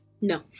No